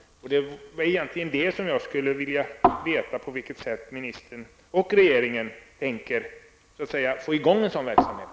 Jag vill veta på vilket sätt ministern och regringen tänker få igång en sådan verksamhet.